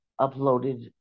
uploaded